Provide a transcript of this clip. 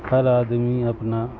ہر آدمی اپنا